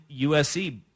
USC